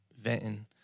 venting